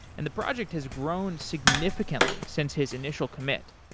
and the project has grown significantly since his initial commit.